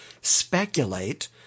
speculate